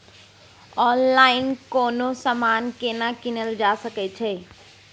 Online कोनो समान केना कीनल जा सकै छै?